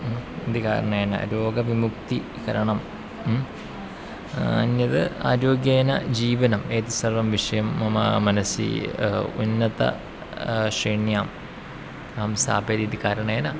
इति कारणात् रोगविमुक्तिकरणं अन्यद् आरोग्येन जीवनम् एतत् सर्वं विषयं मम मनसि उन्नतं श्रेण्याम् अहं स्थापयदिति कारणेन